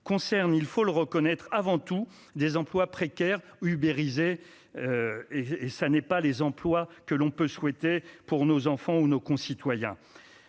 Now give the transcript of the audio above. concerne, il faut le reconnaître, avant tout des emplois précaires « ubérisés »; ce ne sont pas les emplois que l'on peut souhaiter pour nos enfants ou pour nos concitoyens.